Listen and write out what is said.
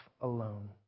alone